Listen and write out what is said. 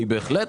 אני בהחלט